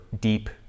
deep